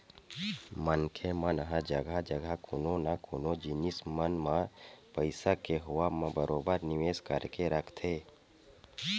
मनखे मन ह जघा जघा कोनो न कोनो जिनिस मन म पइसा के होवब म बरोबर निवेस करके रखथे